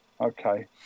okay